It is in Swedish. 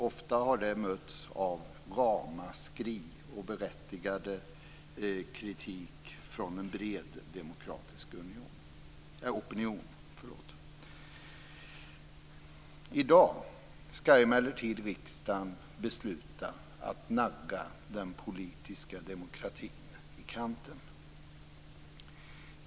Ofta har detta mötts med ramaskrin och berättigad kritik från en bred demokratisk opinion. I dag skall emellertid riksdagen besluta att nagga den politiska demokratin i kanten.